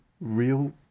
real